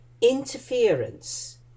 interference